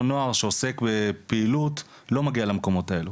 נוער שעוסק בפעילות לא מגיע למקומות האלו